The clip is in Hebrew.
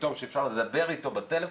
פתאום שאפשר לדבר איתו בטלפון,